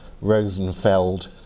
Rosenfeld